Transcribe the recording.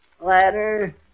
ladder